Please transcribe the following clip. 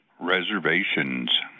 Reservations